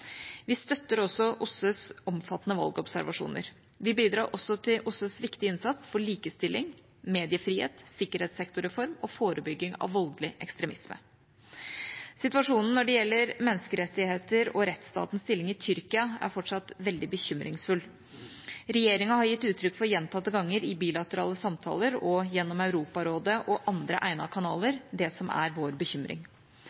Vi støtter også OSSEs omfattende valgobservasjoner, og vi bidrar til OSSEs viktige innsats for likestilling, mediefrihet, sikkerhetssektorreform og forebygging av voldelig ekstremisme. Situasjonen når det gjelder menneskerettigheter og rettsstatens stilling i Tyrkia, er fortsatt veldig bekymringsfull. Regjeringa har gjentatte ganger i bilaterale samtaler og gjennom Europarådet og andre